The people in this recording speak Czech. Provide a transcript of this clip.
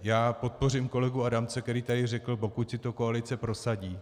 Já podpořím kolegu Adamce, který tady řekl: pokud si to koalice prosadí.